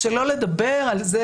שלא לדבר על זה,